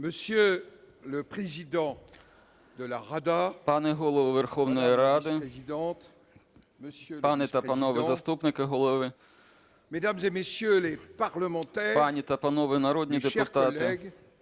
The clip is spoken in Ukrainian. Пане Голово Верховної Ради! Пані та панове заступники Голови! Пані та панове народні депутати!